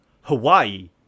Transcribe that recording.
Hawaii